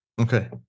okay